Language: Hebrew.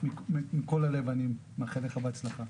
מכל הלב, אני מאחל לך בהצלחה.